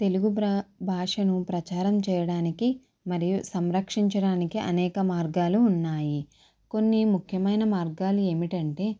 తెలుగుబ్రా భాషను ప్రచారం చేయడానికి మరియు సంరక్షించడానికి అనేక మార్గాలు ఉన్నాయి కొన్ని ముఖ్యమైన మార్గాలు ఏమిటంటే